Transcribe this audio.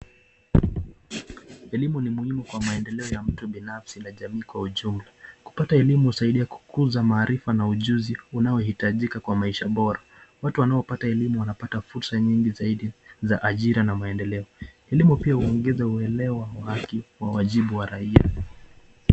Elimu ni muhumu kwa maendeleo ya mtu binafsi na jamii kwa ujumla. Kupata elimu husaidia kukuza maarifa na ujuzi unaohitajika kwa maisha bora. Watu wanaopata elimu wanapata fursa nyingi zaidi za ajira na maendeleo. Elimu pia huongeza ueleo wa hakiwajibu wa haki kwa raia.